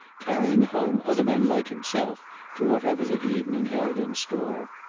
carrying home other men like himself to whatever the evening held in store.